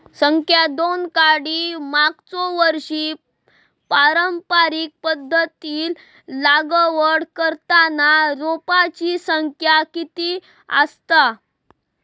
संख्या दोन काडी मागचो वर्षी पारंपरिक पध्दतीत लागवड करताना रोपांची संख्या किती आसतत?